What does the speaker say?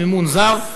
במימון זר,